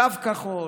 בקו כחול,